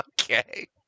Okay